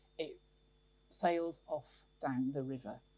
it sails off down the river.